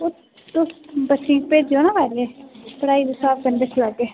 ओ तुस बच्चें गी भेजेओ ना पैह्ले पढ़ाई दे स्हाब कन्नै दिक्खी लैह्गे